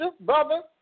brother